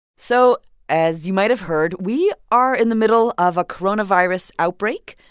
so as you might've heard, we are in the middle of a coronavirus outbreak,